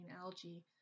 algae